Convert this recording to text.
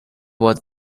was